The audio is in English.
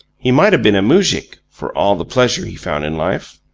he might have been a moujik for all the pleasure he found in life.